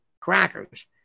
crackers